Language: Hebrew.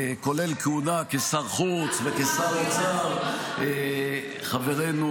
כולל כהונה כשר חוץ וכשר אוצר ----- זה לא